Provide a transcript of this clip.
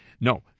No